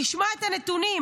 תשמע את הנתונים,